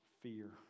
fear